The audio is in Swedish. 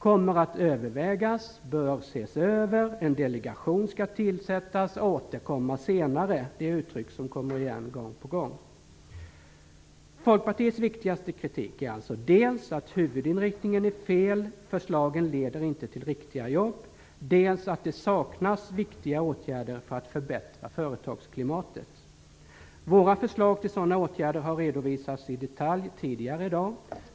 "Kommer att övervägas", "bör ses över", "en delegation skall tillsättas", " återkomma senare" är uttryck som kommer igen gång på gång. Folkpartiets viktigaste kritik är alltså dels att huvudinriktningen är fel - förslagen leder inte till riktiga jobb - dels att det saknas viktiga åtgärder för att förbättra företagarklimatet. Våra förslag till sådana åtgärder har redovisats i detalj tidigare i dag.